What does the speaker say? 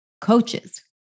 coaches